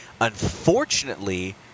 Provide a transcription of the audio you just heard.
unfortunately